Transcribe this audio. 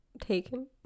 taken